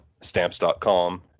Stamps.com